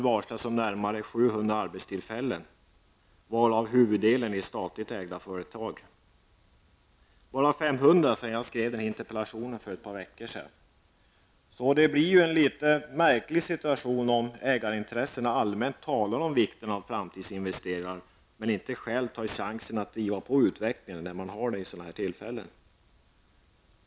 Bara i Luleå har 700 anställda varslats, och av dem är huvuddelen anställda i statligt ägda företag. 500 har varslats sedan jag skrev i min interpellation för ett par veckor sedan. Det uppstår en något märklig situation när ägarintressenterna allmänt talar om vikten av framtida investeringar samtidigt som de själva inte tar chansen att driva på utvecklingen när man kan göra det.